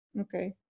Okay